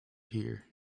hear